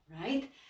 right